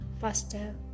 faster